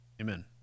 Amen